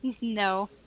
No